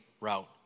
route